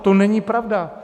To není pravda.